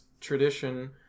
tradition